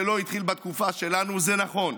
זה לא התחיל בתקופה שלנו, זה נכון,